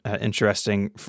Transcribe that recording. interesting